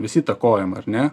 visi įtakojam ar ne